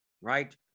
right